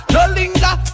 No-linger